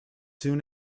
soon